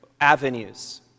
avenues